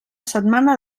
setmana